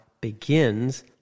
begins